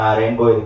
rainbow